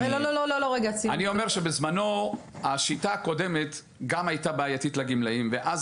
אני אומר שבזמנו השיטה הקודמת גם הייתה בעייתית לגמלאים ואז